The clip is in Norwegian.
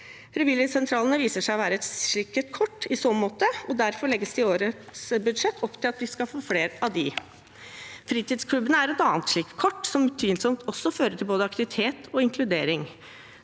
Frivilligsentralene viser seg å være et sikkert kort i så måte, og derfor legges det i årets budsjett opp til at vi skal få flere av dem. Fritidsklubbene er et annet slikt kort, som utvilsomt også fører til både aktivitet og inkludering.